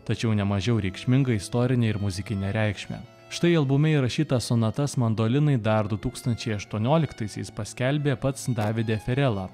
tačiau ne mažiau reikšmingą istorinę ir muzikinę reikšmę štai albume įrašytas sonatas mandolinai dar du tūkstančiai aštuonioliktaisiais paskelbė pats davidė ferela